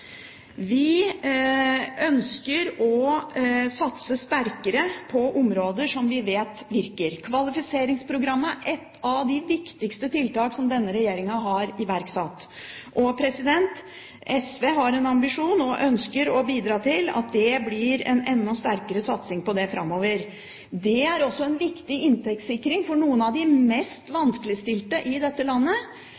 Vi ønsker å satse sterkere på områder som vi vet virker. Kvalifiseringsprogrammet er et av de viktigste tiltakene som denne regjeringen har iverksatt. SV har en ambisjon om og ønsker å bidra til at det blir en enda sterkere satsing på det framover. Det er også en viktig inntektssikring for noen av de mest